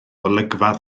olygfa